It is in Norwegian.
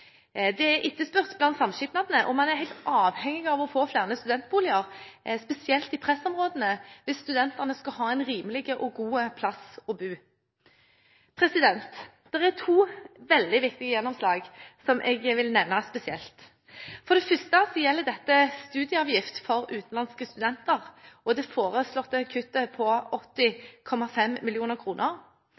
Det er etterspurt blant samskipnadene, og man er helt avhengig av å få flere studentboliger, spesielt i pressområdene, hvis studentene skal ha en rimelig og god plass å bo. Det er to veldig viktige gjennomslag som jeg vil nevne spesielt. For det første gjelder dette studieavgift for utenlandske studenter og det foreslåtte kuttet på 80,5